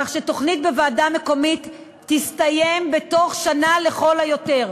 כך שטיפול בתוכנית בוועדה מקומית יסתיים בתוך שנה לכל היותר,